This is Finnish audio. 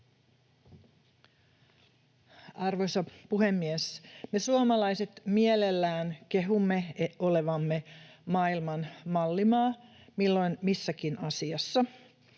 Arvoisa puhemies! Me suomalaiset mielellään kehumme olevamme maailman mallimaa milloin missäkin asiassa.